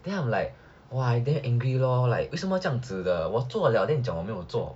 then I'm like !wah! I damn angry lor like 为什么这样子的我做了 then 你说我没有做